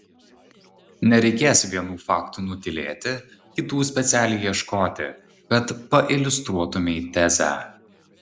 nereikės vienų faktų nutylėti kitų specialiai ieškoti kad pailiustruotumei tezę